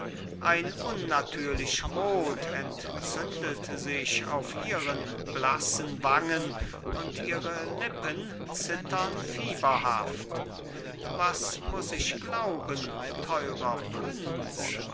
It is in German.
ein unnatürlich rot entzündet sich auf ihren blassen wangen und ihre lippen zittern fieberhaft was muß ich glauben teurer prinz